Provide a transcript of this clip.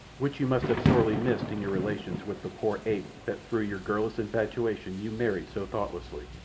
which you must have sorely missed in your relations with the poor ape that through your girlish infatuation you married so thoughtlessly.